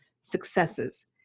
successes